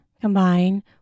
combine